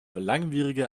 langwierige